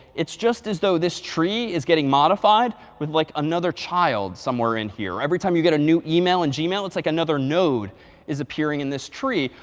it's just as though this tree is getting modified with like another child somewhere in here. every time you get a new email in gmail, it's like another node is appearing in this tree.